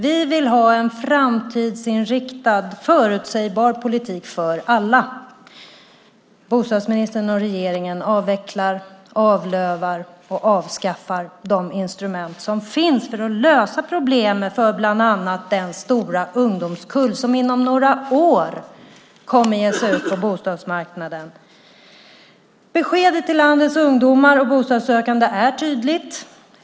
Vi vill ha en framtidsinriktad förutsägbar politik för alla. Bostadsministern och regeringen avvecklar, avlövar och avskaffar de instrument som finns för att lösa problemen för bland annat den stora ungdomskull som inom några år kommer att ge sig ut på bostadsmarknaden. Beskedet till landets ungdomar och bostadssökande är tydligt.